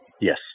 Yes